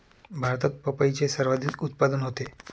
भारतात पपईचे सर्वाधिक उत्पादन होते